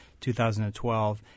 2012